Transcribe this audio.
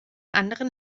anderen